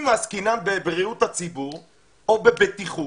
אם עסקינן בבריאות הציבור או בבטיחות,